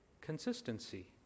consistency